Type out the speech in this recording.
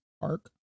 park